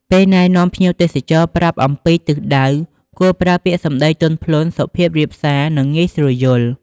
ពេលណែនាំភ្ញៀវទេសចរប្រាប់អំពីទិសដៅ គួរប្រើពាក្យសម្ដីទន់ភ្លន់ សុភាពរាបសា និងងាយស្រួលយល់។